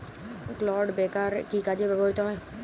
Clod breaker কি কাজে ব্যবহৃত হয়?